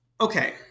Okay